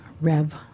Rev